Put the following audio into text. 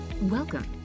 Welcome